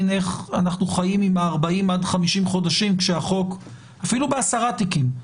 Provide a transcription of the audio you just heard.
איך אנחנו חיים עם 40 עד 50 חודשים אפילו ב-10 תיקים.